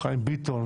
חיים ביטון.